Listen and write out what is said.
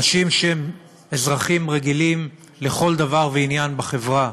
אנשים שהם אזרחים רגילים לכל דבר ועניין בחברה,